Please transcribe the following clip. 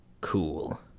Cool